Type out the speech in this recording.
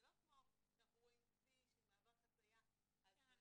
זה לא כמו שאנחנו רואים כביש עם מעבר חציה אז --- כן,